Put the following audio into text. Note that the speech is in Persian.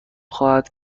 خواهد